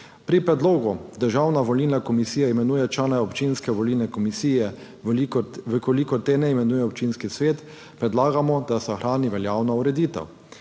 Pri predlogu, da Državna volilna komisija imenuje člane občinske volilne komisije, če teh ne imenuje občinski svet, predlagamo, da se ohrani veljavna ureditev.